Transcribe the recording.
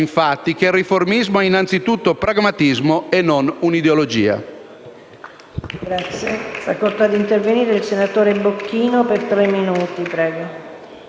che il riformismo è anzitutto pragmatismo e non un'ideologia.